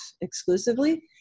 exclusively